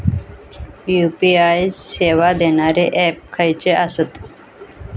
UPI सेवा देणारे app खयचे आसत?